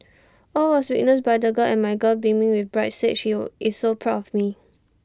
all was witnessed by the girl and my girl beaming with pride said she'll is so proud of me